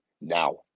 now